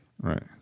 Right